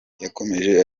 yakomeje